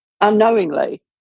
unknowingly